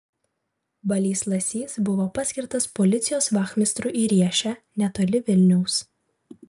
balys lasys buvo paskirtas policijos vachmistru į riešę netoli vilniaus